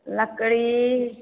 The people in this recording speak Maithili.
लकड़ी